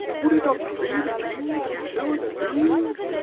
would it not grieve a king to be so abus'd,